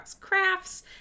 Crafts